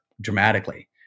dramatically